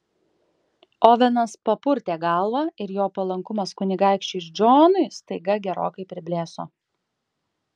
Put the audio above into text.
ovenas papurtė galvą ir jo palankumas kunigaikščiui džonui staiga gerokai priblėso